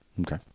Okay